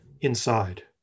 inside